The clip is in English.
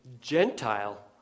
Gentile